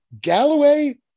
Galloway